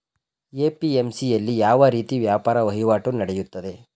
APMC ಯಲ್ಲಿ ಯಾವ ರೀತಿ ವ್ಯಾಪಾರ ವಹಿವಾಟು ನೆಡೆಯುತ್ತದೆ?